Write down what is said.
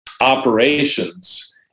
operations